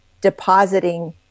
depositing